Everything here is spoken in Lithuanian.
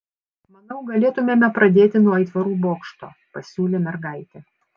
manau galėtumėme pradėti nuo aitvarų bokšto pasiūlė mergaitė